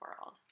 world